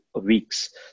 weeks